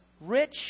rich